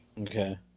Okay